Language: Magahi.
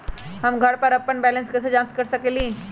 हम घर पर अपन बैलेंस कैसे जाँच कर सकेली?